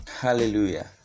hallelujah